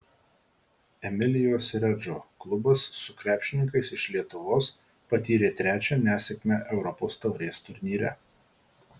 emilijos redžo klubas su krepšininkais iš lietuvos patyrė trečią nesėkmę europos taurės turnyre